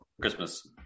Christmas